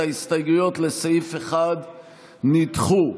ההסתייגויות לסעיף 1 נדחו.